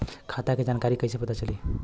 खाता के जानकारी कइसे पता चली?